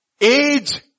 Age